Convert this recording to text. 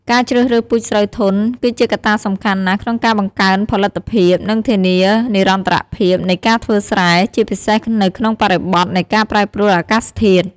ការជ្រើសរើសពូជស្រូវធន់ គឺជាកត្តាសំខាន់ណាស់ក្នុងការបង្កើនផលិតភាព និងធានានិរន្តរភាពនៃការធ្វើស្រែ ជាពិសេសនៅក្នុងបរិបទនៃការប្រែប្រួលអាកាសធាតុ។